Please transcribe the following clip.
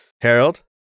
Harold